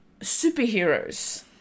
superheroes